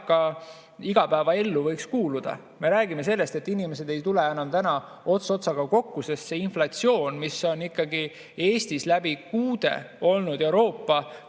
eaka igapäevaellu võiksid kuuluda. Me räägime sellest, et inimesed ei tule enam ots otsaga kokku, sest see inflatsioon, mis on Eestis kuude jooksul olnud Euroopa